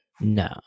No